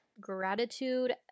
Gratitude